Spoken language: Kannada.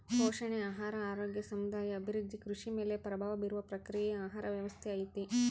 ಪೋಷಣೆ ಆಹಾರ ಆರೋಗ್ಯ ಸಮುದಾಯ ಅಭಿವೃದ್ಧಿ ಕೃಷಿ ಮೇಲೆ ಪ್ರಭಾವ ಬೀರುವ ಪ್ರಕ್ರಿಯೆಯೇ ಆಹಾರ ವ್ಯವಸ್ಥೆ ಐತಿ